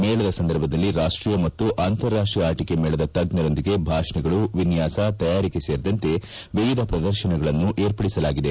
ಮೇಳದ ಸಂದರ್ಭದಲ್ಲಿ ರಾಷ್ಟೀಯ ಮತ್ತು ಅಂತಾರಾಷ್ಟೀಯ ಆಟಿಕೆ ಮೇಳದ ತಜ್ಞರೊಂದಿಗೆ ಭಾಷಣಗಳು ವಿನ್ಯಾಸ ತಯಾರಿಕೆ ಸೇರಿದಂತೆ ವಿವಿಧ ಪ್ರದರ್ಶನಗಳನ್ನು ಏರ್ಪಡಿಸಲಾಗಿದೆ